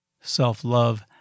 self-love